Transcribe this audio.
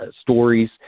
stories